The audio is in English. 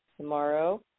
tomorrow